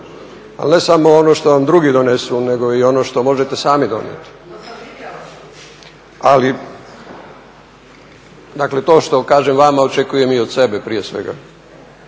Ali ne samo ono što vam drugi donesu nego i ono što možete sami donijeti. Ali dakle to što kažem vama očekujem i od sebe, prije svega.